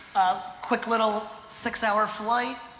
quick little six hour flight,